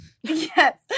Yes